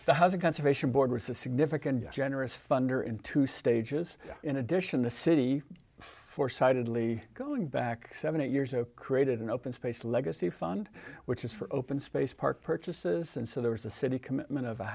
thousand conservation board with a significant generous funder in two stages in addition the city for sidedly going back seventy years ago created an open space legacy fund which is for open space park purchases and so there was a city commitment of a